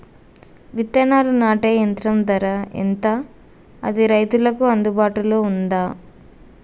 విత్తనాలు నాటే యంత్రం ధర ఎంత అది రైతులకు అందుబాటులో ఉందా?